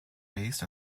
based